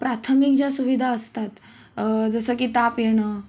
प्राथमिक ज्या सुविधा असतात जसं की ताप येणं